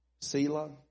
Selah